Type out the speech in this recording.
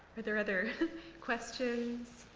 are there other questions?